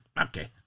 okay